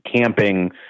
camping